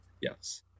Yes